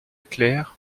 claire